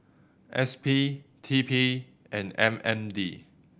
S P T P and M N D